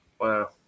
Wow